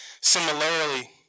Similarly